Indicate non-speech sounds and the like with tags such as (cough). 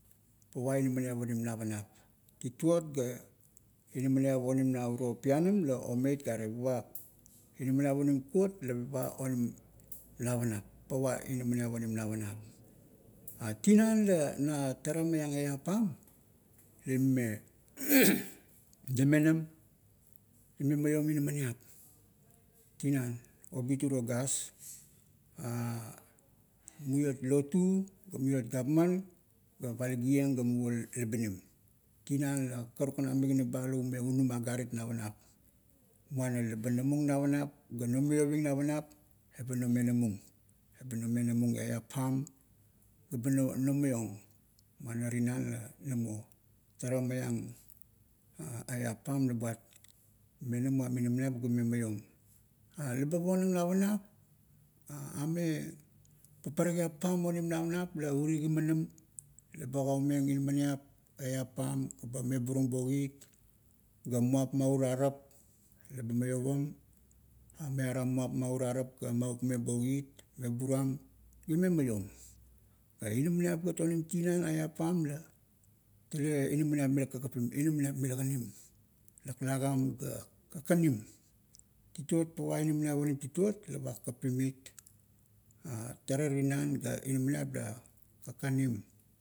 Pava inamaniap onim navanap. Titot ga, inaminiap onim na uro pianam, la omeit gare, pava, inaminiap onim kuot la pava, onim navanap, pava inaminiap onim navanap. A, tinan, la natara maiang eap pam, la ime (noise) nemenam, ime maiom inaminiap, tinan. Obit uro gas, (hesitation) muiot lotu, ga muiot gapman ga palagieng ga muvor labinim. Tinan, la karukan a migana ba la ume unum agarit navanap. Muana, laba namung navanap, ga nomioving navanap, eba nomenamung, eba nomenamung eap pam, gaba nomaiong, muana tinan la namo, tara maiang (hesitation) eap pam la buat menamuam inamaniap ga me maiom. Leba ponang navanap, ame paparapiap pam onim navanap la uri kimanam, laba ogaumeng inaminiap, eap pam, ga, meburung bo. Kit ga muap ma urarap ga maguk-meng bo kit, meburuam, ga ime maiom. Ga inaminiap gat onimm tinan, eap pam la, tale inaminiap mila kakapim, inaminiap mila kanim. Laklagan ga, kakanim. Titot pava inaminiap onim titot, la pa kakapim it. A, tara tinan ga inaminiap la kakanim.